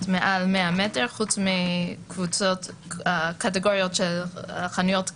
מעל 100 מטרים חוץ מקטגוריות של חנויות חיוניות,